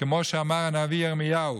כמו שאמר הנביא ירמיהו: